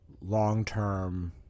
long-term